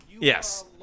Yes